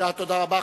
תודה רבה.